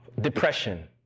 depression